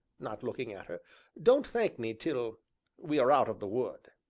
not looking at her don't thank me till we are out of the wood.